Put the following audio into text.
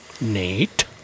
Nate